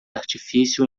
artifício